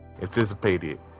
anticipated